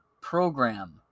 program